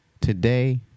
today